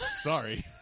sorry